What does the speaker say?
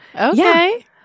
Okay